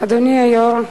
אדוני היושב-ראש,